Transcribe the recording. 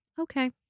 okay